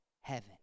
heaven